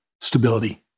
stability